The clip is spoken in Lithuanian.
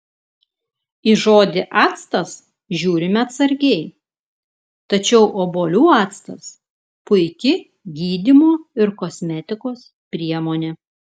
į žodį actas žiūrime atsargiai tačiau obuolių actas puiki gydymo ir kosmetikos priemonė